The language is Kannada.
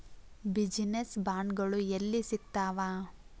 ಬಿಜಿನೆಸ್ ಬಾಂಡ್ಗಳು ಯೆಲ್ಲಿ ಸಿಗ್ತಾವ?